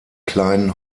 kleinen